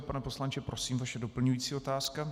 Pane poslanče, prosím, vaše doplňující otázka.